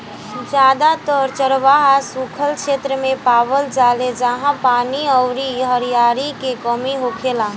जादातर चरवाह सुखल क्षेत्र मे पावल जाले जाहा पानी अउरी हरिहरी के कमी होखेला